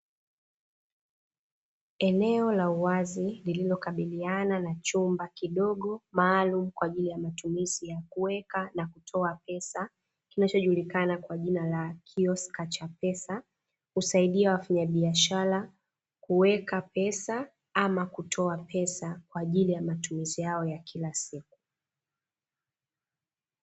Eneo la uwazi lililokaribiana na chumba kidogo maalumu kwa ajili ya matumizi ya kuweka na kutoa pesa, kinachojulikana kwa jina la kioksa cha pesa husaidia wafanyabiashara kuweka pesa ama kutoa pesa, kwa ajili ya matumizi yao ya kila siku.